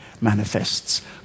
manifests